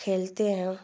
खेलते हैं